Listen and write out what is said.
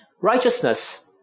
righteousness